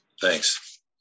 Thanks